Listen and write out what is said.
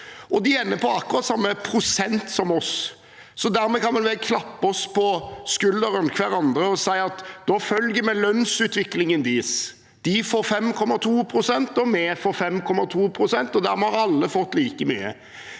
De ender på akkurat samme prosent som oss, så dermed kan vel vi andre klappe oss på skulderen og si at da følger vi lønnsutviklingen deres. De får 5,2 pst., og vi får 5,2 pst., og dermed har alle fått like mye.